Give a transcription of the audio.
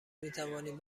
میتوانیم